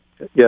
yes